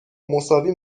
مساوی